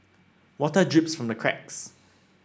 water drips from the cracks